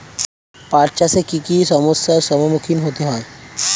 পাঠ চাষে কী কী সমস্যার সম্মুখীন হতে হয়?